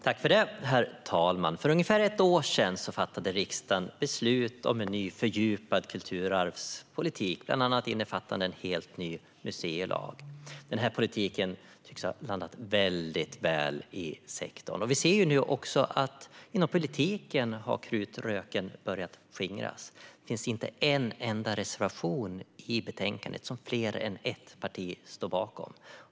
Herr talman! För ungefär ett år sedan fattade riksdagen beslut om en ny, fördjupad kulturarvspolitik, bland annat innefattande en helt ny museilag. Den politiken tycks ha landat väldigt väl i sektorn, och vi ser nu också att krutröken har börjat skingras inom politiken - det finns inte en enda reservation i betänkandet som mer än ett parti står bakom.